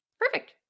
perfect